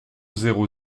zéro